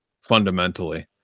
fundamentally